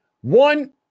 one